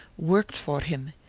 worked for him.